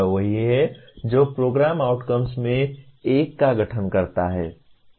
यह वही है जो प्रोग्राम आउटकम्स में से एक का गठन करता है